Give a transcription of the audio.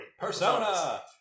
Persona